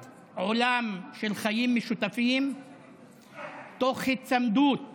השקפת עולם של חיים משותפים תוך היצמדות